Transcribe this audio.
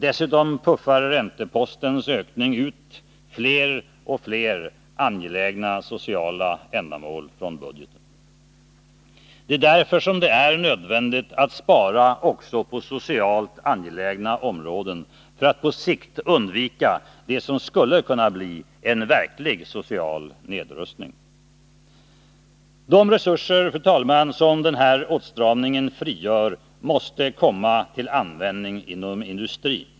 Dessutom puffar räntepostens ökning ut fler och fler angelägna sociala ändamål från budgeten. Det är därför som det är nödvändigt att spara också på socialt angelägna områden för att på sikt undvika det som skulle kunna bli en verklig social nedrustning. De resurser, fru talman, som den här åtstramningen frigör måste komma till användning inom industrin.